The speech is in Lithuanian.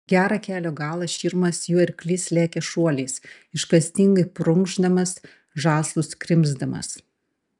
gerą kelio galą širmas jų arklys lekia šuoliais išgąstingai prunkšdamas žąslus krimsdamas